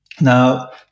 Now